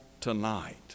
tonight